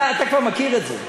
אתה כבר מכיר את זה.